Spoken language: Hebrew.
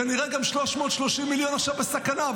כנראה גם 330 מיליון עכשיו בסכנה,